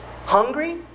hungry